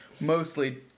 Mostly